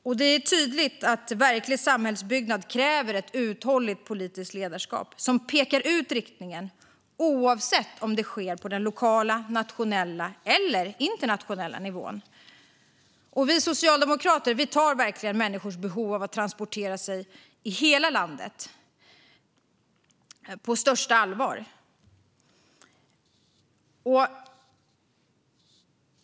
Det är tydligt att verklig samhällsbyggnad kräver ett uthålligt politiskt ledarskap som pekar ut riktningen, oavsett om det sker på den lokala, nationella eller internationella nivån. Vi socialdemokrater tar verkligen människors behov av att transportera sig i hela landet på största allvar.